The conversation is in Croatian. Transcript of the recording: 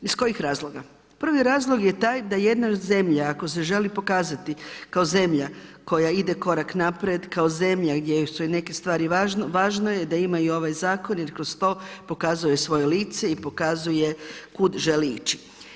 Iz kojih razloga, prvi razlog je taj, da jedna zemlja, ako se želi pokazati, kao zemlja koja ide korak naprijed, kao zemlja, gdje su joj neke stvari važne, važno je da ima i ovaj zakon, jer kroz to pokazuje svoje lice i pokazuje kuda želi ići.